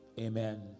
amen